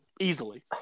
Easily